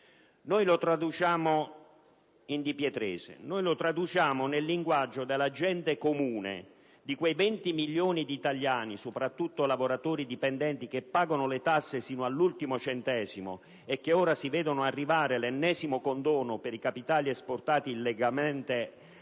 Noi lo traduciamo in «dipietrese», nel linguaggio della gente comune, di quei 20 milioni di italiani, soprattutto lavoratori dipendenti, che pagano le tasse sino all'ultimo centesimo e che ora vedono arrivare l'ennesimo condono per i capitali esportati illegalmente